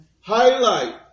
highlight